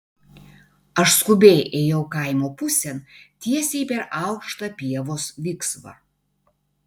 aš skubiai ėjau kaimo pusėn tiesiai per aukštą pievos viksvą